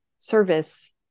service